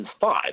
five